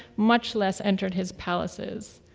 much less entered his palaces,